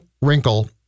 wrinkle